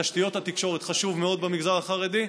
תשתיות התקשורת חשובות מאוד למגזר החרדי,